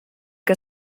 que